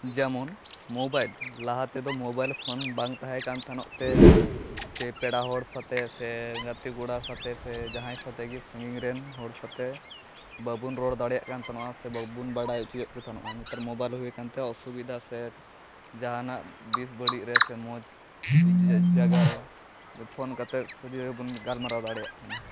ᱡᱮᱢᱚᱱ ᱢᱳᱵᱟᱭᱤᱞ ᱞᱟᱦᱟᱛᱮ ᱫᱚ ᱢᱳᱵᱟᱭᱤᱞ ᱯᱷᱳᱱ ᱵᱟᱝ ᱛᱟᱦᱮᱸᱠᱟᱱ ᱛᱟᱦᱮᱱᱚᱜᱛᱮ ᱥᱮ ᱯᱮᱲᱟᱦᱚᱲ ᱥᱟᱣᱛᱮ ᱥᱮ ᱜᱟᱛᱮᱠᱚ ᱠᱚᱲᱟ ᱥᱟᱣᱛᱮ ᱥᱮ ᱡᱟᱦᱟᱸᱭ ᱥᱟᱣᱛᱮᱜᱮ ᱥᱟᱺᱜᱤᱧᱨᱮᱱ ᱦᱚᱲ ᱥᱟᱮᱡ ᱵᱟᱵᱚᱱ ᱨᱚᱲ ᱫᱟᱲᱮᱭᱟᱜ ᱠᱟᱱ ᱛᱮᱦᱮᱱᱚᱜᱼᱟ ᱥᱮ ᱵᱟᱵᱚᱱ ᱵᱟᱲᱟᱭ ᱚᱪᱚᱭᱮᱫ ᱠᱚ ᱛᱟᱦᱮᱱᱚᱜᱼᱟ ᱱᱮᱛᱟᱨ ᱢᱳᱵᱟᱭᱤᱞ ᱦᱩᱭᱟᱠᱟᱱ ᱛᱮ ᱚᱥᱩᱵᱤᱫᱷᱟ ᱥᱮ ᱡᱟᱦᱟᱱᱟᱜ ᱵᱤᱥ ᱵᱟᱹᱲᱩᱡᱨᱮ ᱥᱮ ᱢᱚᱡᱽ ᱡᱟᱜᱟᱨᱮ ᱯᱷᱚᱱ ᱠᱟᱛᱮᱫ ᱥᱚᱡᱷᱮᱛᱮ ᱵᱚᱱ ᱜᱟᱞᱢᱟᱨᱟᱣ ᱫᱟᱲᱮᱭᱟᱜ ᱠᱟᱱᱟ